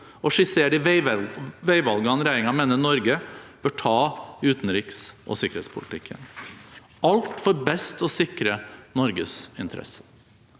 og skissere de veivalgene regjeringen mener Norge bør ta i utenriks- og sikkerhetspolitikken – alt for best å sikre Norges interesser.